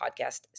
podcast